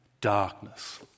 darkness